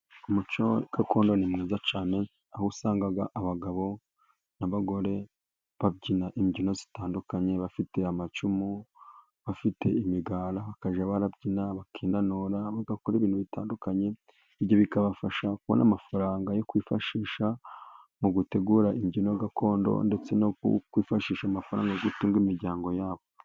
Umuco gakondo ni mwiza cyane, aho usanga abagabo n'abagore babyina imbyino zitandukanye, bafite amacumu bafite imigara bakajya barabyina bakinanura, bagakora ibintu bitandukanye. Ibyo bikabafasha kubona amafaranga yo kwifashisha mu gutegura imbyino gakondo, ndetse no kwifashisha amafaranga atunga imiryango yabo.